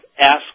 ask